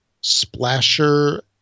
Splasher